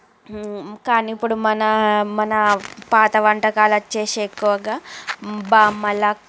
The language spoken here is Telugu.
కాని ఇప్పుడు మన మన పాత వంటకాలు వచ్చేసి ఎక్కువగా బామ్మలా